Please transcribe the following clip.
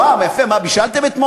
מה אוכלים?